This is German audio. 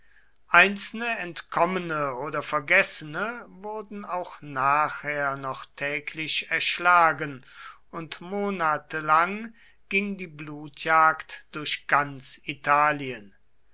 einzelne entkommene oder vergessene wurden auch nachher noch täglich erschlagen und monatelang ging die blutjagd durch ganz italien